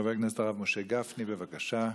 חבר הכנסת הרב משה גפני, בבקשה,